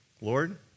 Lord